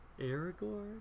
Aragorn